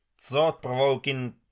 thought-provoking